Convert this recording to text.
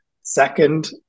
second